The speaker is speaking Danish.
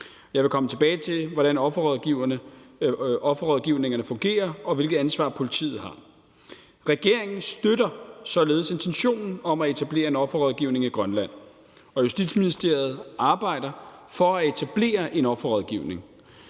Jeg vil komme tilbage til, hvordan offerrådgivningerne fungerer, og hvilket ansvar politiet har. Regeringen støtter således intentionen om at etablere en offerrådgivning i Grønland, og Justitsministeriet arbejder for at etablere en offerrådgivning.